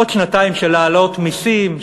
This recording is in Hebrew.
עוד שנתיים של העלאות מסים,